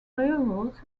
railroads